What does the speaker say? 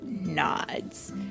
nods